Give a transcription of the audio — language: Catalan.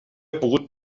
pogut